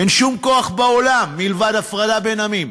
אין שום כוח בעולם, מלבד הפרדה בין עמים.